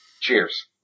Cheers